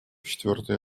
четвертый